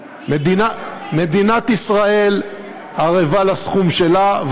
מדינת ישראל ערבה לסכום שלה,